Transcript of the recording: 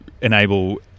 enable